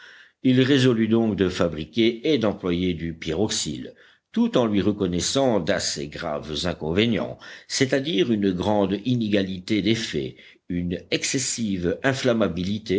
il résolut donc de fabriquer et d'employer du pyroxyle tout en lui reconnaissant d'assez graves inconvénients c'est-à-dire une grande inégalité d'effet une excessive